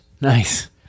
Nice